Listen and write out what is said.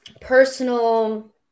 Personal